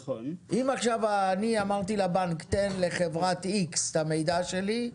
אם אני עכשיו אמרתי לבנק תן לחברת איקס את המידע שלי,